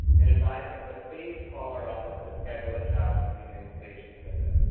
and advised them to please call our office to schedule a child's immunization visit.